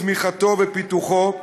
צמיחתו ופיתוחו.